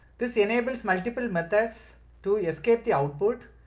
this enables multiple methods to escape the output.